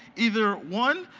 either one,